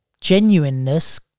genuineness